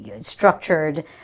structured